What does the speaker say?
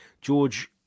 George